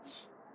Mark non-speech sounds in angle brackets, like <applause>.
<noise>